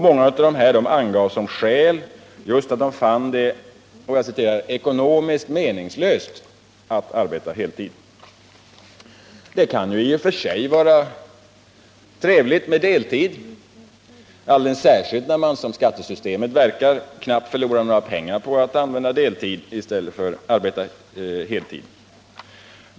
Många av dessa angav som skäl just att de fann det ”ekonomiskt meningslöst” att arbeta heltid. Det kan i och för sig vara trevligt med deltid, alldeles särskilt när man —-som skattesystemet verkar — knappast förlorar några pengar på att arbeta deltid i stället för att arbeta heltid.